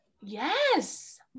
yes